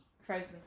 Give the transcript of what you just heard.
frozen